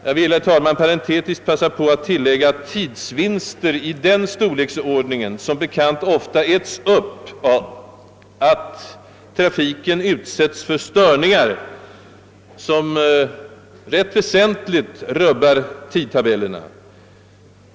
Jag vill, herr talman, parentetiskt passa på att tillägga att tidsvinster av den storleksordningen som bekant ofta äts upp av att trafiken utsätts för störningar, som inte oväsentligt rubbar tidtabellerna.